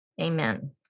Amen